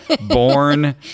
born